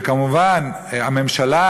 וכמובן, הממשלה,